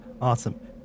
Awesome